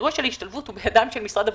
האירוע של ההשתלבות הוא בידיים של משרד הבריאות.